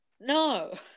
No